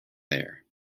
there